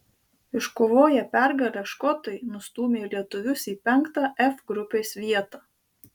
iškovoję pergalę škotai nustūmė lietuvius į penktą f grupės vietą